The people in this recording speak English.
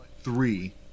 three